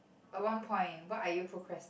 a one point what are you procrastin~